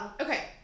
Okay